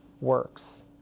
works